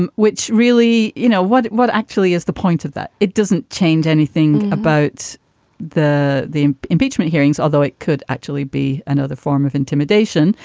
um which really, you know, what what actually is the point of that. it doesn't change anything about the the impeachment hearings, although it could actually be another form of intimidation.